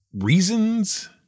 reasons